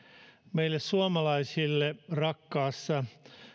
meille suomalaisille rakkaassa